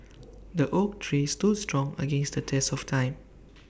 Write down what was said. the oak tree stood strong against the test of time